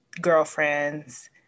girlfriends